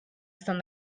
izan